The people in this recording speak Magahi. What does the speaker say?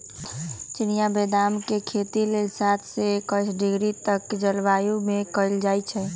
चिनियाँ बेदाम के खेती लेल सात से एकइस डिग्री तक के जलवायु में कएल जाइ छइ